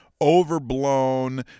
overblown